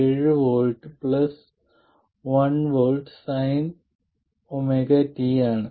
7 V plus 1V sinωt ആണ്